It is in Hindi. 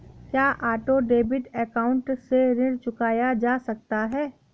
क्या ऑटो डेबिट अकाउंट से ऋण चुकाया जा सकता है?